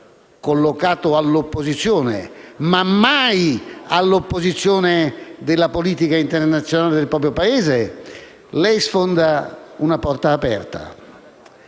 collocato all'opposizione, ma mai all'opposizione della politica internazionale del proprio Paese, lei sfonda una porta aperta.